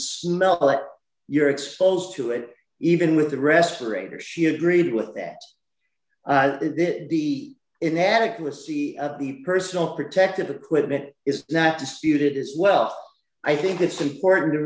smell that you're exposed to it even with a respirator she agreed with that it is the inadequacy of the personal protective equipment is not disputed as well i think it's important to